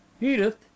edith